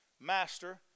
Master